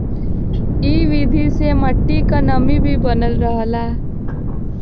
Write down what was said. इ विधि से मट्टी क नमी भी बनल रहला